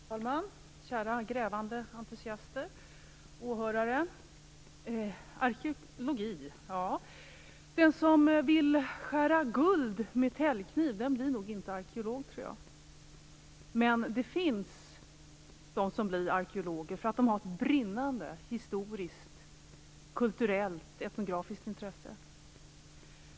Fru talman! Kära grävande entusiaster! Åhörare! Det handlar om arkeologi. Den som vill skära guld med täljkniv blir nog inte arkeolog, men det finns de som blir arkeologer därför att de har ett brinnande historiskt, kulturellt och etnografiskt intresse.